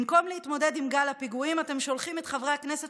במקום להתמודד עם גל הפיגועים אתם שולחים את חברי הכנסת